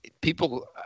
people